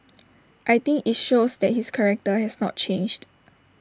I think IT shows that his character has not changed